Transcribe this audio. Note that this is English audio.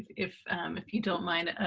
if if you don't mind,